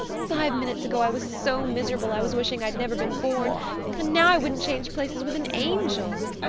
five minutes ago i was so miserable i was wishing i'd never been born and now i wouldn't change places with an angel!